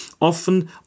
Often